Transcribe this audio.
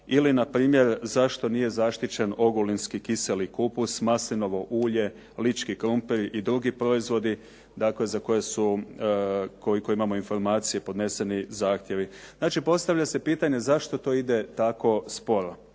ili npr. zašto nije zaštićen ogulinski kiseli kupus, maslinovo ulje, lički krumpir i drugi proizvodi za koje su, koliko imamo informacije, podneseni zahtjevi. Znači, postavlja se pitanje zašto to ide tako sporo.